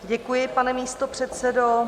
Děkuji, pane místopředsedo.